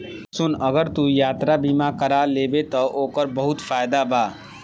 सुन अगर तू यात्रा बीमा कारा लेबे त ओकर बहुत फायदा बा